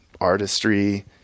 artistry